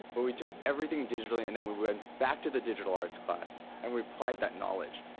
but we took everything digitally, and then we went back to the digital arts class and we applied that knowledge.